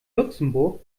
luxemburg